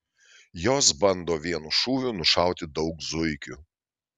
jos bando vienu šūviu nušauti daug zuikių